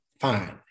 fine